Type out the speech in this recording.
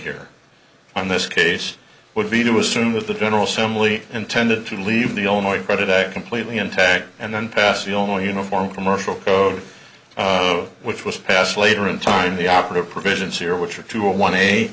here on this case would be to assume that the general assembly intended to leave the only credit act completely intact and then pass the only uniform commercial code which was passed later in time the operative provisions here which are to a one